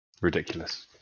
Ridiculous